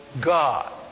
God